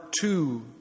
two